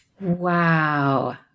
Wow